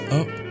up